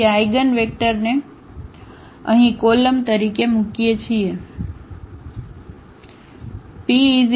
તેથી આ આઇગનવેક્ટરને અહીં કોલમ તરીકે મૂકીએ છીએ